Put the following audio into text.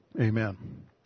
Amen